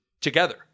together